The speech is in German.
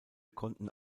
konnten